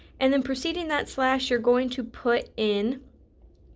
and then proceeding that slash you're going to put in